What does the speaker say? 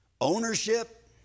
Ownership